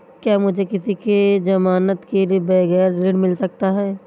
क्या मुझे किसी की ज़मानत के बगैर ऋण मिल सकता है?